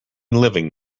living